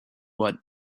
what